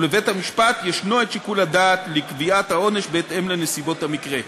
ולבית-המשפט יש שיקול הדעת לקביעת העונש בהתאם לנסיבות המקרה.